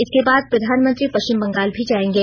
इसके बाद प्रधानमंत्री पश्चिम बंगाल भी जाएंगे